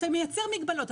אתה מייצר מגבלות,